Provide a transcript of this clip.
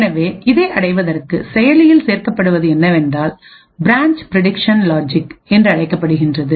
எனவே இதை அடைவதற்கு செயலியில் சேர்க்கப்படுவது என்னவென்றால்பிரான்ச் பிரடிக்சன் லாஜிக்என்று அழைக்கப்படுகிறது